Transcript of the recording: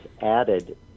added